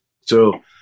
So-